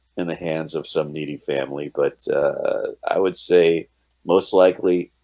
in the hands of some needy family but i would say most likely